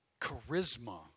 charisma